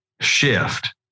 shift